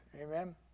Amen